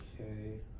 Okay